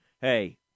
Hey